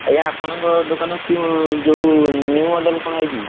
ଆଜ୍ଞା ଆପଣଙ୍କ ଦୋକାନକୁ କେଉଁ ଯୋଉ ନ୍ୟୁ ମଡ଼େଲ୍ କଣ ଆଇଛି କି